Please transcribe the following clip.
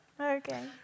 Okay